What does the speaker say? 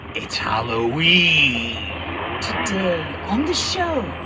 it's hallowee today on the show,